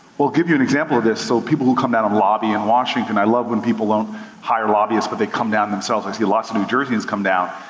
well i'll give you an example of this. so people who come down and lobby in washington, i love when people don't hire lobbyists but they come down themselves. i see lots of new jersians come down,